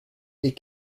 des